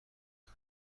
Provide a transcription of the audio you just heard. زوم